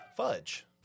Fudge